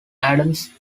adams